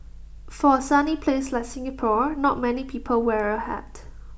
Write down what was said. for A sunny place like Singapore not many people wear A hat